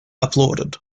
applauded